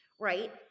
right